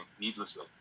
needlessly